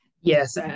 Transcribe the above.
Yes